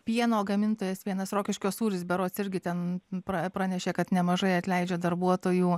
pieno gamintojas vienas rokiškio sūris berods irgi ten pra pranešė kad nemažai atleidžia darbuotojų